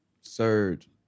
Surge